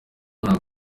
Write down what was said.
ntabwo